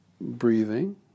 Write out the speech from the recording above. breathing